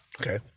okay